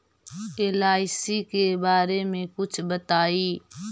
LIC के बारे मे कुछ बताई?